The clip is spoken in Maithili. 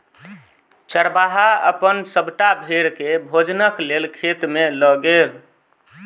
चरवाहा अपन सभटा भेड़ के भोजनक लेल खेत में लअ गेल